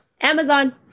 Amazon